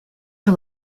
you